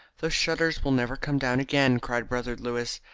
those shutters will never come down again, cried brother louis,